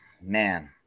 Man